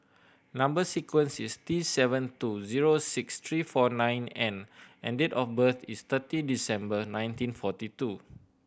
number sequence is T seven two zero six three four nine N and date of birth is thirty December nineteen forty two